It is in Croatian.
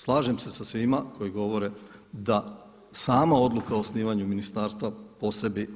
Slažem se sa svima koji govore da sama odluka o osnivanju ministarstva po sebi